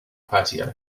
patio